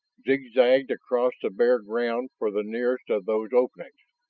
zigzagged across the bare ground for the nearest of those openings.